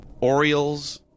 Orioles